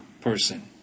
person